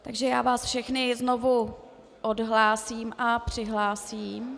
Takže já vás všechny znovu odhlásím a přihlásím.